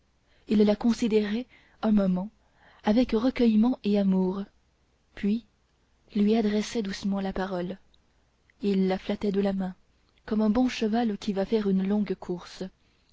il la considérait un moment avec recueillement et amour puis il lui adressait doucement la parole il la flattait de la main comme un bon cheval qui va faire une longue course